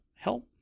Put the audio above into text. help